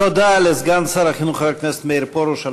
תודה לסגן שר החינוך חבר הכנסת מאיר פרוש על